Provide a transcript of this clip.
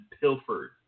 pilfered